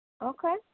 Okay